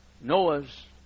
Noah's